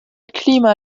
klima